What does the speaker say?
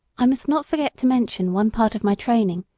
i must not forget to mention one part of my training,